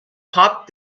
pop